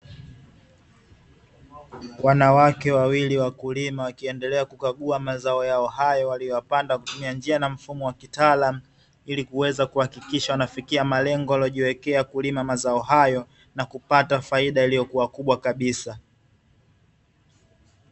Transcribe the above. Wanawake wawili wakulima wakiendelea kukagua mazao yao hayo waliyoyapanda kwa kutumia njia na mfumo wa kitaalamu ili kuweza kuhakikisha wanafikia malengo walioyaweka kulima mazao yao hayo, na kupata faida iliyo kubwa kabisa.